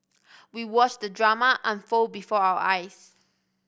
we watched the drama unfold before our eyes